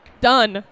Done